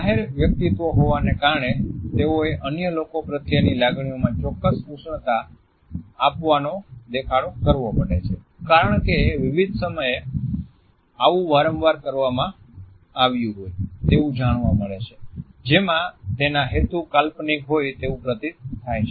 જાહેર વ્યક્તિત્વ હોવાને કારણે તેઓએ અન્ય લોકો પ્રત્યેની લાગણીઓમાં ચોક્કસ ઉષ્ણતા આપવાનો દેખાડો કરવો પડે છે કારણ કે વિવિધ સમયે આવું વારંવાર કરવામાં આવ્યું હોય તેવું જાણવા મળે છે જેમાં તેના હેતુ કાલ્પનિક હોય તેવું પ્રતીત થાય છે